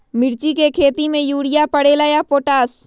मिर्ची के खेती में यूरिया परेला या पोटाश?